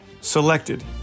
selected